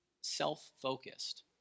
self-focused